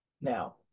Now